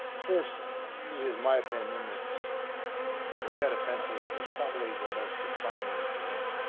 first it is my opinion that the tet offensive was probably the most defining event